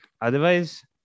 Otherwise